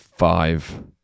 Five